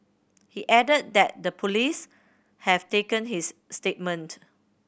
he added that the police have taken his statement